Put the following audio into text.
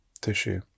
tissue